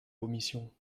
commission